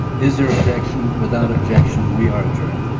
is there objection? without objection, we are adjourned.